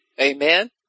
Amen